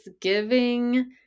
giving